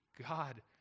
God